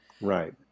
right